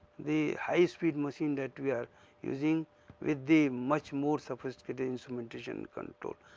the high speed machine that we are using with the much more sophisticated instrumentation control.